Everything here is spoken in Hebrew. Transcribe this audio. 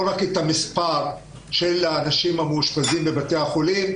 לא רק את מספר האנשים המאושפזים בבתי חולים,